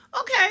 Okay